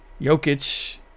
Jokic